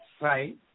Right